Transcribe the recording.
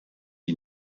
die